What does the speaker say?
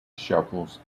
shovels